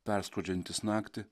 perskrodžiantis naktį